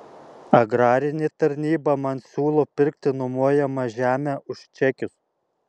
agrarinė tarnyba man siūlo pirkti nuomojamą žemę už čekius